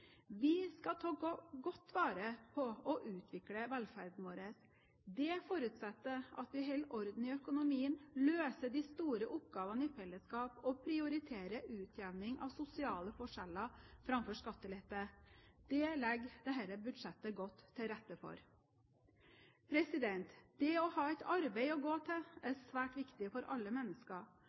Vi skal ta godt vare på og utvikle velferden vår. Det forutsetter at vi holder orden i økonomien, løser de store oppgavene i fellesskap og prioriterer utjevning av sosiale forskjeller framfor skattelette. Det legger dette budsjettet godt til rette for. Det å ha et arbeid å gå til er svært viktig for alle mennesker.